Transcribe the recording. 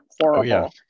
horrible